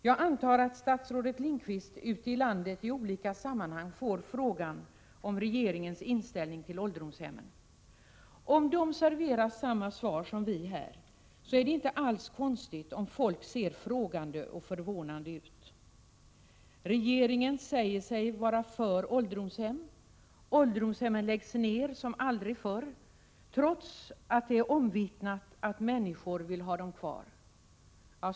Jag antar att statsrådet Lindqvist i olika sammanhang ute i landet får frågan om regeringens inställning till ålderdomshemmen. Om människor ute i landet serveras samma svar som vi här har fått är det inte alls konstigt om folk ser frågande och förvånade ut. Regeringen säger sig vara för ålderdomshem. Men samtidigt läggs ålderdomshem ned som aldrig förr, trots att det alltså är omvittnat att människor vill ha dem kvar.